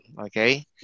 Okay